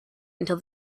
until